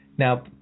Now